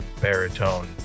baritone